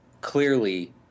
clearly